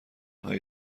هایی